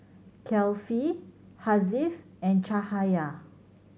Kefli Hasif and Cahaya